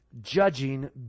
Judging